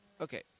Okay